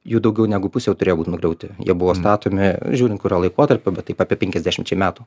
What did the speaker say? jų daugiau negu pusė jau turėjo būti nugriauti jie buvo statomi žiūrint kuriuo laikotarpiu bet taip apie penkiasdešimčiai metų